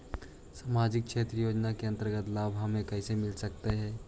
समाजिक क्षेत्र योजना के अंतर्गत लाभ हम कैसे ले सकतें हैं?